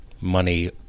money